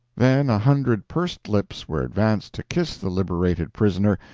then a hundred pursed lips were advanced to kiss the liberated prisoner,